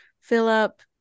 Philip